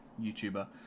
YouTuber